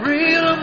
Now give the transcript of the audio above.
Real